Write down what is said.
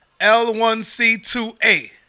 l1c2a